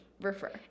refer